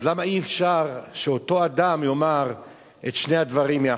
אז למה אי-אפשר שאותו אדם יאמר את שני הדברים יחד?